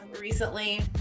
recently